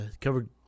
covered